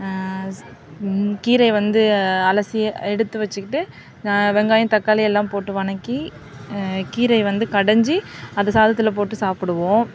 கீரையை வந்து அலசி எடுத்து வச்சுக்கிட்டு வெங்காயம் தக்காளி எல்லாம் போட்டு வணக்கி கீரையை வந்து கடைஞ்சு அது சாதத்தில் போட்டு சாப்பிடுவோம்